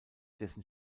dessen